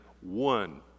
one